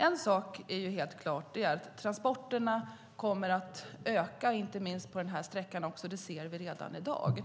En sak är helt klar, nämligen att transporterna kommer att öka, inte minst på denna sträcka. Det ser vi redan i dag.